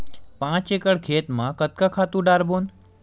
पांच एकड़ खेत म कतका खातु डारबोन?